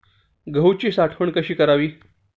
गहूची साठवण कशी करावी?